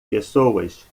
pessoas